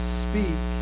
speak